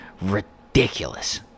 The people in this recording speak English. ridiculous